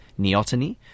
neoteny